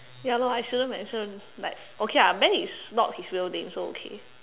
ya lor I shouldn't mention like okay ah Ben is not his real name so okay